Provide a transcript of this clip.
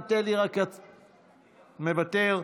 מוותר,